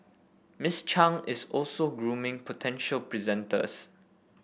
Miss Chang is also grooming potential presenters